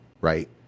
right